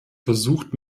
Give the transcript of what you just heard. versucht